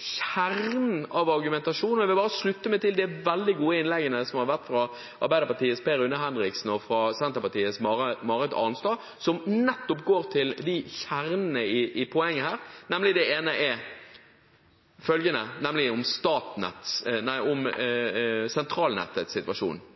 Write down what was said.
kjernen i argumentasjonen. Jeg vil slutte meg til de veldig gode innleggene som har vært fra Arbeiderpartiets Per Rune Henriksen og fra Senterpartiets Marit Arnstad, som går nettopp til kjernen i poenget, nemlig sentralnettets situasjon. Alle i denne salen er enige om at sentralnettet må beholdes av staten. Det er viktig for samfunnssikkerhet. Det er